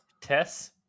tess